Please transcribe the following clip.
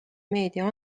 meedia